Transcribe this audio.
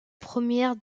première